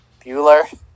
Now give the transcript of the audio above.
Bueller